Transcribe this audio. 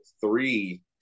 three